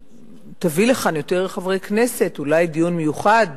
שתביא לכאן יותר חברי כנסת, אולי דיון מיוחד